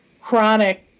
chronic